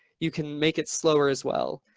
you can make it slower as well.